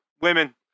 women